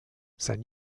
sein